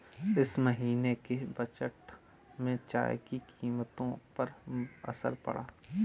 इस महीने के बजट में चाय की कीमतों पर असर पड़ा है